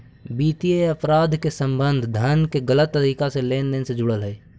वित्तीय अपराध के संबंध धन के गलत तरीका से लेन देन से जुड़ल हइ